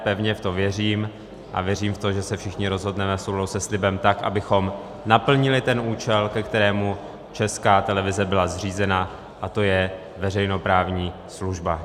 Pevně v to věřím a věřím v to, že se všichni rozhodneme v souladu se slibem tak, abychom naplnili ten účel, ke kterému Česká televize byla zřízena, a to je veřejnoprávní služba.